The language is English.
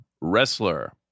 wrestler